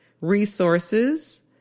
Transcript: resources